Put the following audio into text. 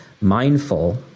mindful